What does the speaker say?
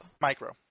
Micro